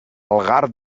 algar